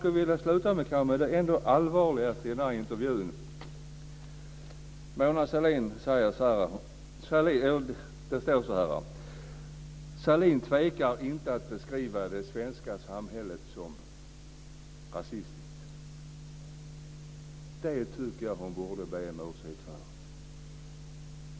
Jag vill avsluta med att säga att det allvarligaste i denna intervju är följande: Sahlin tvekar inte att beskriva det svenska samhället som rasistiskt. Det tycker jag att hon borde be om ursäkt för.